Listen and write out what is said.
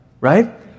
right